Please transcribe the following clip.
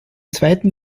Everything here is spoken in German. zweiten